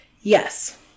Yes